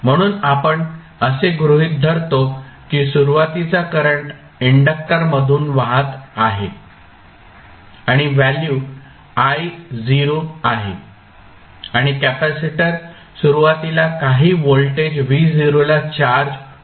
म्हणून आपण असे गृहित धरतो की सुरुवातीचा करंट इंडक्टर् मधून वाहत आहे आणि व्हॅल्यू I0 आहे आणि कॅपेसिटर सुरुवातीला काही व्होल्टेज V0 ला चार्ज होतो